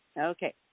Okay